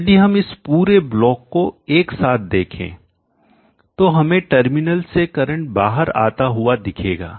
तो यदि हम इस पूरे ब्लॉक को एक साथ देखें तो हमें टर्मिनल से करंट बाहर आता हुआ दिखेगा